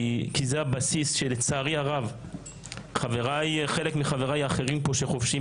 כי זה הבסיס שלצערי הרב חלק מחבריי כאן שחובשים